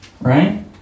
right